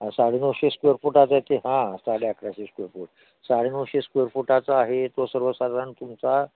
हा साडे नऊशे स्क्वेअर फूटाचा आहे ते हां साडे अकराशे स्क्वेअर फूट साडे नऊशे स्क्वेअर फूटाचा आहे तो सर्वसाधारण तुमचा